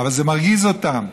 אבל זה מרגיז אותם,